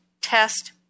Test